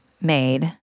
made